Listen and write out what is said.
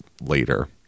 later